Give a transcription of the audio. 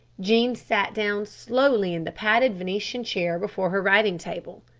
jean sat down slowly in the padded venetian chair before her writing table.